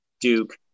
Duke